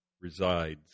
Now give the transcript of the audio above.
resides